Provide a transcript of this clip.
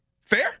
Fair